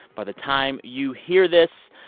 by the time you hear this,